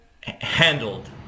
handled